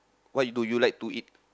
what do you like to eat